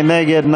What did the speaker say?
מי נגד?